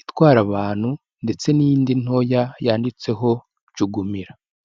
itwara abantu ndetse n'iyindi ntoya yanditseho jugumira.